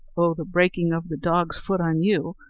oh, the breaking of the dog's foot on you!